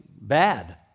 bad